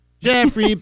Jeffrey